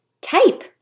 type